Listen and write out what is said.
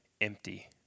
empty